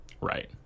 Right